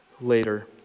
later